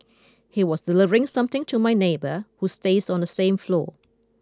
he was delivering something to my neighbour who stays on the same floor